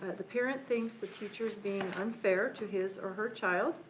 the parent thinks the teacher is being unfair to his or her child.